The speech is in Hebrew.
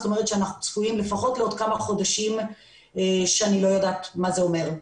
זה אומר שאנחנו צפויים לפחות לעוד כמה חודשים ואני לא יודעת מה זה אומר.